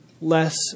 less